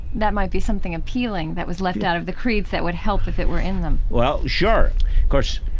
that might be something appealing that was left out of the creeds that would help if it were in them well, sure. of course,